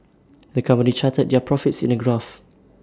the company charted their profits in A graph